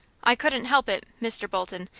i couldn't help it, mr. bolton,